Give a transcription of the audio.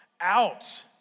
out